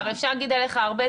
אי אפשר לעשות את זה.